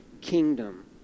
kingdom